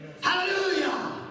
Hallelujah